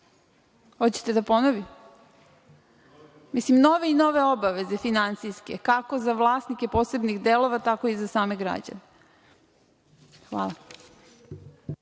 da ponovim? Mislim nove i nove obaveze finansijske, kako za vlasnike posebnih delova, tako i za same građane. Hvala.